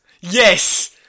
Yes